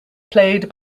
played